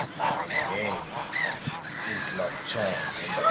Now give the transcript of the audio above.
my name is lapchung, and